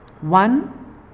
One